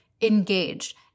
engaged